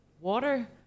water